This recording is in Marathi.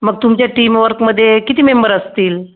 मग तुमच्या टीमवर्कमध्ये किती मेंबर असतील